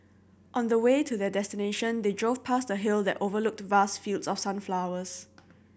on the way to their destination they drove past a hill that overlooked vast fields of sunflowers